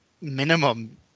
minimum